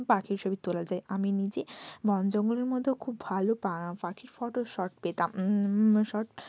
পাখির ছবি তোলা যায় আমি নিজে বন জঙ্গলের মধ্যেও খুব ভালো পাখির ফটো শট পেতাম শট